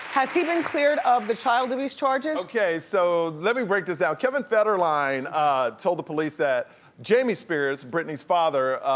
has he been cleared of the child abuse charges? okay, so let me break this down. kevin federline told the police that jamie spears, britney's father,